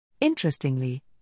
Interestingly